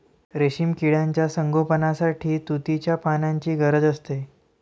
रेशीम किड्यांच्या संगोपनासाठी तुतीच्या पानांची गरज असते